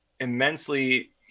immensely